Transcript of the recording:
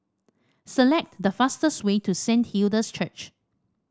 select the fastest way to Saint Hilda's Church